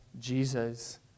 Jesus